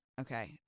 okay